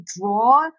draw